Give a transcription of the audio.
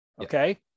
okay